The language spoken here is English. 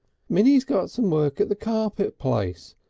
minnie's got some work at the carpet place.